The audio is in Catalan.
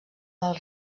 del